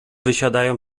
wysiadają